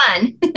fun